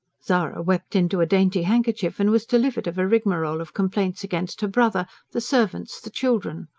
zara wept into a dainty handkerchief and was delivered of a rigmarole of complaints against her brother, the servants, the children.